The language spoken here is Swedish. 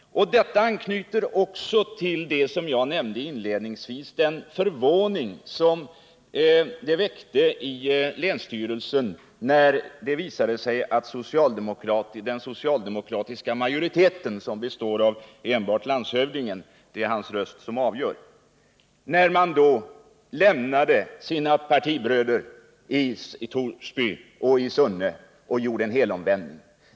Detta anknyter också till det som jag nämnde inledningsvis, nämligen den förvåning som det väckte i länsstyrelsen, då det visade sig att den socialdemokratiska majoriteten, som består av enbart landshövdingen — det är hans röst som avgör — lämnade sina partibröder i Torsby och Sunne och gjorde en helomvändning.